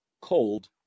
cold